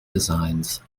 designs